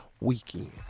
weekend